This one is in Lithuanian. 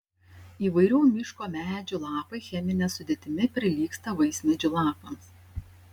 įvairių miško medžių lapai chemine sudėtimi prilygsta vaismedžių lapams